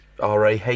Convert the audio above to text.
RAH